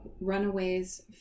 runaways